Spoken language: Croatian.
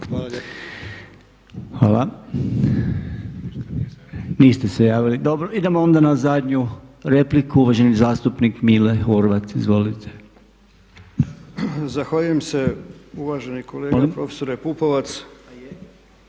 Hvala. Niste se javili. Dobro. Idemo onda na zadnju repliku uvaženi zastupnik Mile Horvat. Izvolite. **Horvat, Mile (SDSS)** Zahvaljujem se uvaženi kolega profesore Pupovac.